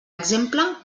exemple